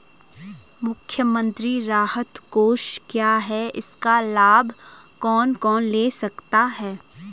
मुख्यमंत्री राहत कोष क्या है इसका लाभ कौन कौन ले सकता है?